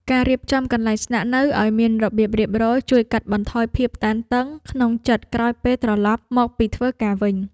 ការរៀបចំកន្លែងស្នាក់នៅឱ្យមានរបៀបរៀបរយជួយកាត់បន្ថយភាពតានតឹងក្នុងចិត្តក្រោយពេលត្រឡប់មកពីធ្វើការងារវិញ។